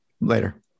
Later